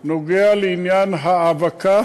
נוגע לעניין ההאבקה